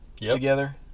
together